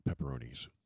pepperonis